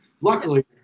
Luckily